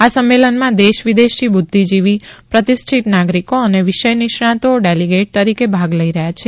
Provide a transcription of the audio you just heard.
આ સંમેલનમાં દેશ વિદેશથી બુધ્યિજીવી પ્રતિષ્ઠિત નાગરીકો અને વિષય નિષ્ણાંતો ડેલીગેટ તરીકે ભાગ લઇ રહયાં છે